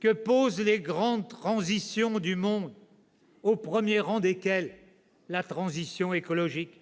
que posent les grandes transitions du monde, au premier rang desquelles la transition écologique.